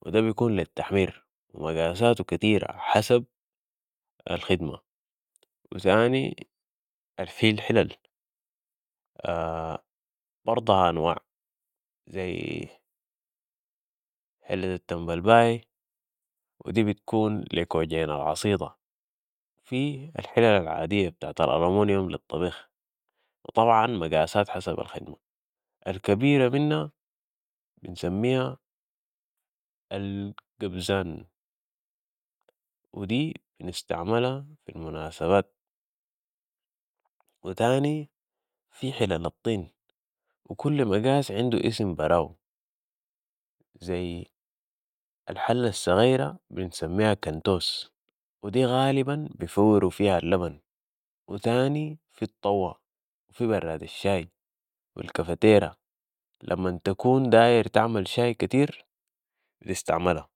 و ده بيكون للتحميىر و مقاساته كتيرة حسب الخدمة و تاني الفي الحِلل برضها انواع ذي حلة التمبل باي و دي بتكون لي كوجين العصيدة و في الحلل العادية بتاعة الالمونيم للطبيخ و طبعا مقاسات حسب الخدمة ، الكبير منها بنسميها القبزان و دي بنستعملها في المناسبات و تاني في حلل الطين و كل مقاس عنده اسم براه ذي الحلة الصغيرة بنسميها الكنتوس و دي غالباً بيفوروا فيها اللبن و تاني في الطوة و في براد الشاي و الكفتيرة لمن تكون داير تعمل شاي كتير بتستعملها